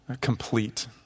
complete